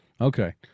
Okay